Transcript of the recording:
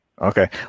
Okay